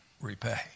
repay